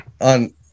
On